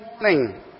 morning